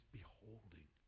beholding